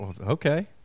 Okay